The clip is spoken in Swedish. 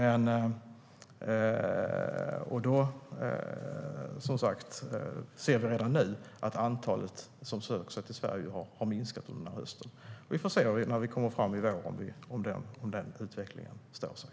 Vi ser redan nu att antalet som söker sig till Sverige har minskat under hösten. Till våren får vi se om den utvecklingen står sig.